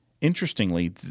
Interestingly